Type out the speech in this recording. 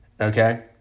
okay